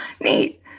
Neat